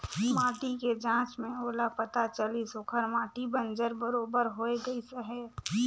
माटी के जांच में ओला पता चलिस ओखर माटी बंजर बरोबर होए गईस हे